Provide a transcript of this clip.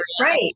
right